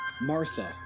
Martha